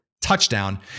TOUCHDOWN